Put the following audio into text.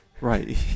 right